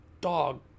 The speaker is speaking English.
dog